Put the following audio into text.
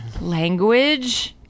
Language